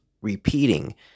repeating